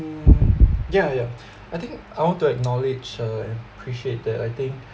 mm yeah yeah I think I want to acknowledge err and appreciate that I think